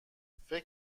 فکر